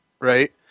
right